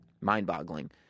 mind-boggling